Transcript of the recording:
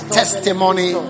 testimony